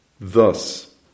thus